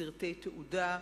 סרטי תעודה.